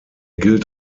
gilt